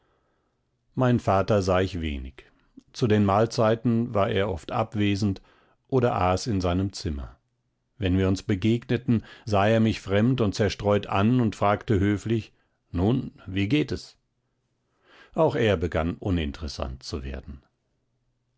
meinen vater sah ich wenig zu den mahlzeiten war er oft abwesend oder aß in seinem zimmer wenn wir uns begegneten sah er mich fremd und zerstreut an und fragte höflich nun wie geht es auch er begann uninteressant zu werden